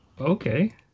Okay